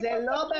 זה לא בהכרח.